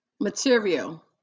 material